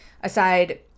aside